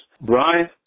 Brian